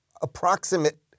approximate